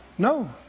No